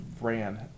ran